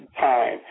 time